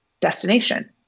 destination